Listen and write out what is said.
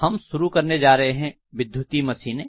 हम शुरू करने जा रहे हैं विद्युतीय मशीनें